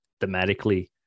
thematically